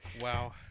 wow